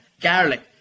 garlic